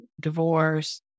divorce